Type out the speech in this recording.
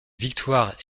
victoire